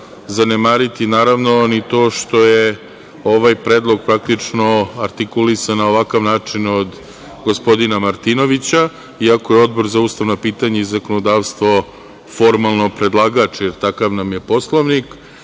zanemariti, naravno ni to što je ovaj predlog artikulisan na ovakav način od gospodina Martinovića, iako je Odbor za ustavna i pitanje i zakonodavstvo formalno predlagač, jer takav nam je Poslovnik.